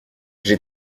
j’ai